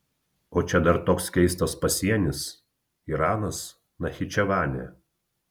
o čia dar toks keistas pasienis iranas nachičevanė